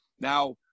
Now